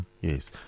Yes